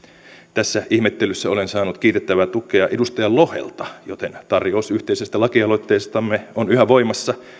tässä ihmettelyssä olen saanut kiitettävää tukea edustaja lohelta joten tarjous yhteisestä lakialoitteestamme on yhä voimassa